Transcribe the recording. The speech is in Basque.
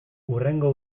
hurrengo